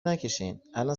نکشینالان